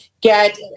get